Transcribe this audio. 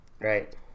Right